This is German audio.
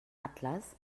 atlas